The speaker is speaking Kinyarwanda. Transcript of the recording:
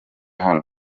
hano